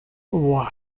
away